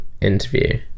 Interview